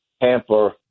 hamper